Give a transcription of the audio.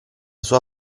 sua